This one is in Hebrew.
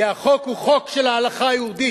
כי החוק הוא חוק של ההלכה היהודית.